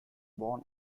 born